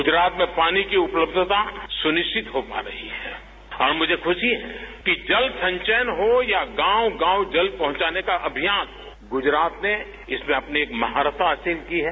गुजरात में पानी की उपलब्धता सुनिश्चित हो पा रही है और मुझे खुशी है कि जल संचयन हो या गांव गांव जल पहुंचाने का अभियान गुजरात ने इसमें अपनी एक महारत हासिल की है